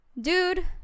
dude